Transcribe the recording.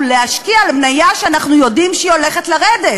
להשקעה במניה שאנחנו יודעים שהיא הולכת לרדת.